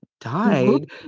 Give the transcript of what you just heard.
died